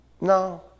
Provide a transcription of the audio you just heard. No